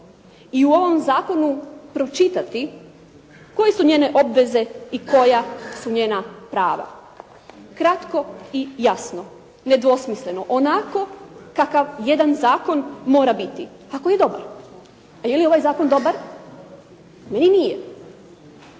i u ovom zakonu pročitati koje su njene obveze i koja su njena prava. Kratko i jasno, nedvosmisleno, onako kakav jedan zakon mora biti, ako je dobar. A je li ovaj zakon dobar? Meni nije.